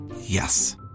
Yes